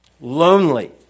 lonely